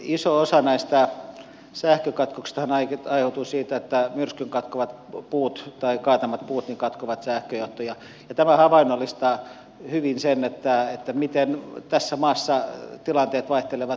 iso osa näistä sähkökatkoksistahan aiheutui siitä että myrskyn kaatamat puut katkovat sähköjohtoja ja tämä havainnollistaa hyvin sen miten tässä maassa tilanteet vaihtelevat